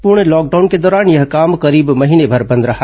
पूर्ण लॉकडाउन के दौरान यह काम करीब महीनेभर बंद रहा